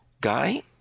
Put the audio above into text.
Guy